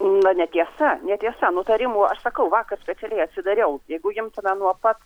na netiesa netiesa nutarimų aš sakau vakar specialiai atsidariau jeigu jiems tada nuo pat